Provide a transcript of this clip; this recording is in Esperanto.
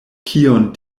kion